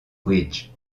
bridge